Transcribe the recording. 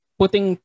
putting